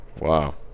Wow